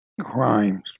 crimes